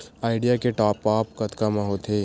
Idea के top आप कतका म होथे?